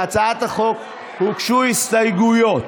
להצעת החוק הוגשו הסתייגויות.